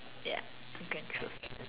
ya you can chose